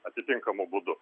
atitinkamu būdu